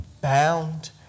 bound